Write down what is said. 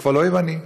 הוא כבר לא יווני.